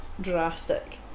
drastic